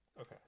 okay